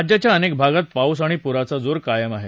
राज्याच्या अनेक भागात पाऊस आणि पूराचा जोर कायम आहे